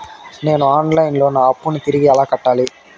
నేను online లో నా అప్పును తిరిగి ఎలా కట్టాలి?